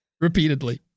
repeatedly